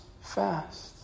fast